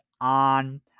on